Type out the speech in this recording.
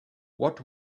what